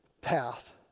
path